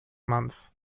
month